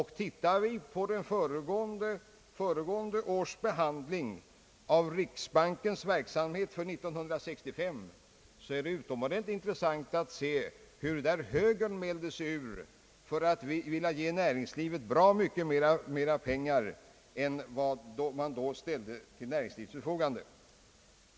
Tittar vi på föregående års behandling av berättelsen angående riksbankens verksamhet för 1965, så är det utomordentligt intressant att se hur högern då mälde sig ur för att vilja ge näringslivet bra mycket mera pengar än vad som då kunde ställas till näringslivets förfogande.